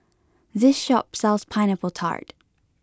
this shop sells Pineapple Tart